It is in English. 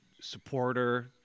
supporter